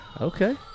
okay